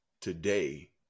today